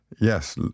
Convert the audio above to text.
yes